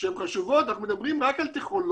שהן חשובות, אנחנו מדבירם רק על טכנולוגיות